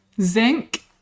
zinc